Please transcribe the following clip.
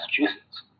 Massachusetts